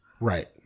Right